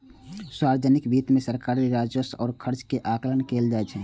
सार्वजनिक वित्त मे सरकारी राजस्व आ खर्च के आकलन कैल जाइ छै